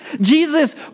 Jesus